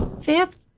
fifth,